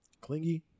Clingy